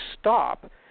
stop